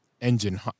engine